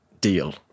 deal